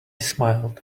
smiled